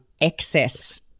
excess